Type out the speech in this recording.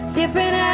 different